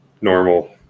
normal